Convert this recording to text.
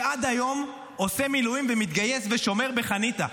שעד היום עושה מילואים ומתגייס ושומר בחניתה.